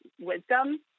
wisdom